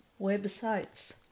websites